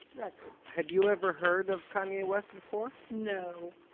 that's it had you ever heard of kanye west before? no!